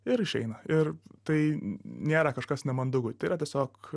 ir išeina ir tai nėra kažkas nemandagu tai yra tiesiog